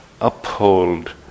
uphold